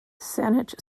saanich